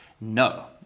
No